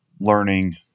learning